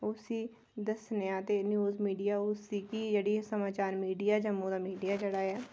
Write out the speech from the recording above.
ओह् उसी दस्सने आं ते न्यूज़ मिडिया उसी के जेह्ड़ी समाचार मिडिया ऐ जम्मू दा जम्मू दा मिडिया जेह्ड़ा ऐ